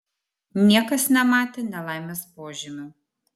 niekas nematė nelaimės požymių